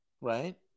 right